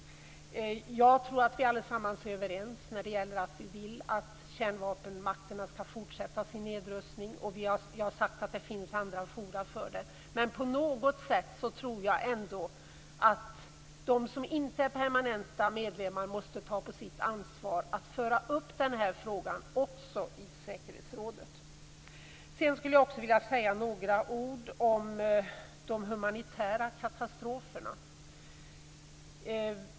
Jag tror att vi allesammans är överens om att vi vill att kärnvapenmakterna skall fortsätta sin nedrustning. Jag har sagt att det finns andra forum för den debatten. Men på något sätt tror jag ändå att de länder som inte är permanenta medlemmar måste ta på sitt ansvar att föra upp den här frågan också i säkerhetsrådet. Sedan skulle jag också vilja säga några ord om de humanitära katastroferna.